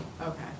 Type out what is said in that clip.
Okay